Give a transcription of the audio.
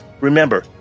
Remember